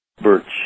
birch